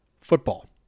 football